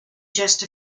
just